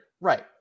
Right